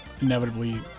inevitably